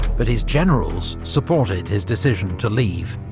but his generals supported his decision to leave